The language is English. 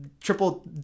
triple